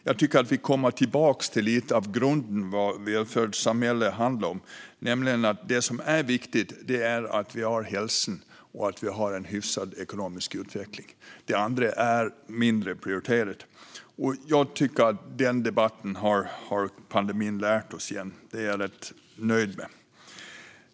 Jag tycker att vi lite kommer tillbaka till grunden när det gäller vad ett välfärdssamhälle handlar om, nämligen att det som är viktigt är att vi har hälsan och en hyfsad ekonomisk utveckling. Det andra är lägre prioriterat. Jag tycker att pandemin har lärt oss detta igen - det är jag rätt nöjd med.